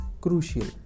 crucial